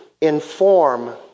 inform